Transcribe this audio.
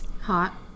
Hot